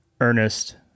Ernest